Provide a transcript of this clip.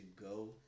go